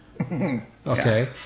Okay